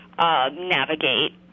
Navigate